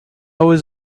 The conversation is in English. was